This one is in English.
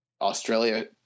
Australia